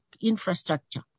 infrastructure